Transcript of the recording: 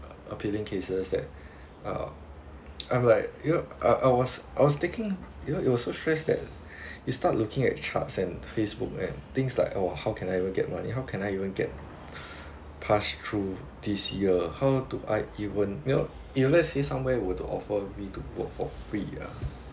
uh appealing cases that uh I'm like you know I I was I was taking you know it was so stress that you start looking at charts and facebook and things like !whoa! how can I even get money how can I even get pass through this year how do I even you know if lets say somewhere would to offer me to work for free ah